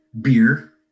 beer